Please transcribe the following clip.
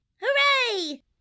Hooray